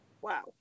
Wow